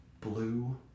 blue